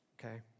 okay